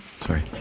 Sorry